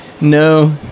No